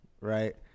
Right